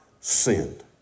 sinned